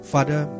Father